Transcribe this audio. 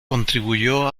contribuyó